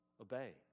obey